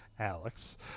alex